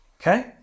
Okay